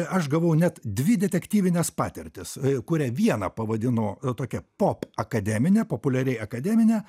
aš gavau net dvi detektyvines patirtis kurią vieną pavadino tokia pop akademine populiariai akademine